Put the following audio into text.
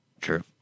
True